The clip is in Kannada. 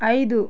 ಐದು